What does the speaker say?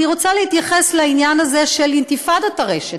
אני רוצה להתייחס לעניין הזה של אינתיפאדת הרשת,